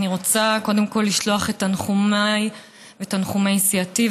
אני רוצה קודם כול לשלוח את תנחומי ותנחומי סיעתי,